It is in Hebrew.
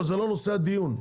זה לא נושא הדיון.